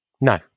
No